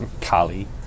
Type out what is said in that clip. Kali